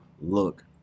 look